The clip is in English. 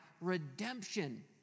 redemption